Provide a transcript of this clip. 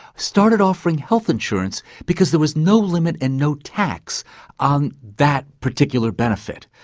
started offering health insurance because there was no limit and no tax on that particular benefit.